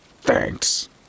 Thanks